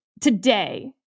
today